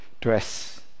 dress